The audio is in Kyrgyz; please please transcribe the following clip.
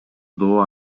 доо